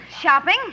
Shopping